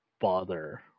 bother